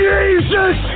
Jesus